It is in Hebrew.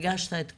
וריגשת את כולנו.